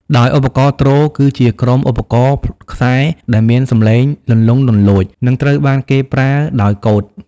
ដោយឧបករណ៍ ទ្រ គឺជាក្រុមឧបករណ៍ខ្សែដែលមានសំឡេងលន្លង់លន្លោច និងត្រូវបានគេប្រើដោយកូត។